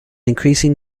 increasing